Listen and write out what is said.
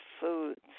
foods